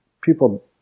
People